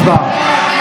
הצבעה.